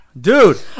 dude